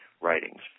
writings